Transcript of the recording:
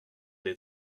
des